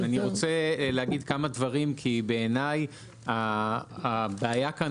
אני רוצה להגיד כמה דברים כי בעיני הבעיה כאן